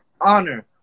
honor